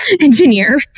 engineer